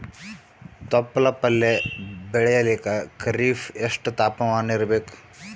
ತೊಪ್ಲ ಪಲ್ಯ ಬೆಳೆಯಲಿಕ ಖರೀಫ್ ಎಷ್ಟ ತಾಪಮಾನ ಇರಬೇಕು?